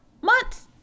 months